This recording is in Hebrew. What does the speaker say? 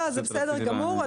זה בסדר גמור.